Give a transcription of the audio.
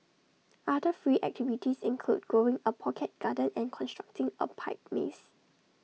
other free activities include growing A pocket garden and constructing A pipe maze